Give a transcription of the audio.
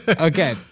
Okay